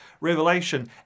revelation